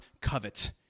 covet